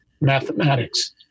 mathematics